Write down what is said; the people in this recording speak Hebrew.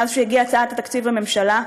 מאז שהגיעה הצעת התקציב לממשלה,